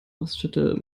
raststätte